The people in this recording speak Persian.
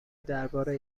درباره